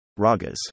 Ragas